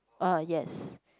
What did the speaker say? uh yes